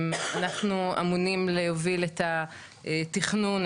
אנחנו אמונים להוביל את התכנון,